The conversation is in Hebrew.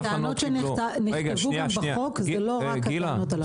טענות שנכתבו גם בחוק, זה לא רק הטענות הללו.